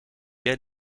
jij